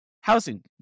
housing